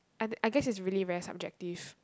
and I guess it's really very subjective